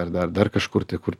ar dar dar kažkur tai kur